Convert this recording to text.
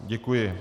Děkuji.